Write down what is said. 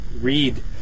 read